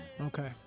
Okay